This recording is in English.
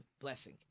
blessing